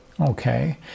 Okay